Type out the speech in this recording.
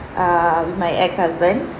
err with my ex-husband